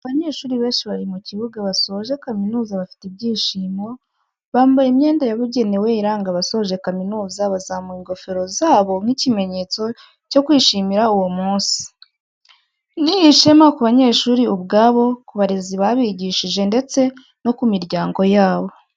Abanyeshuri benshi bari mu kibuga basoje kamizuza bafite ibyishimo, bambaye imyenda yabugenewe iranga abasoje kaminuza bazamuye ingofero zabo nk'ikimenyetso cyo kwishimira uwo munsi, ni ishema ku banyeshuri ubwabo, ku barezi babigishije ndetse no ku miryango yabo.